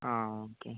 ആ ഓക്കെ